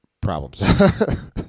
problems